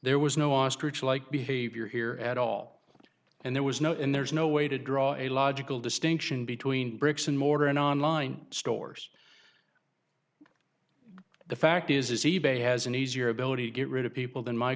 there was no ostrich like behavior here at all and there was no and there's no way to draw a logical distinction between bricks and mortar and online stores the fact is e bay has an easier ability to get rid of people than my